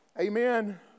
Amen